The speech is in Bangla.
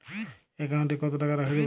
একাউন্ট কত টাকা রাখা যাবে?